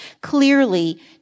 Clearly